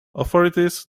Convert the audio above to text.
authorities